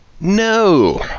No